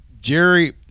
Jerry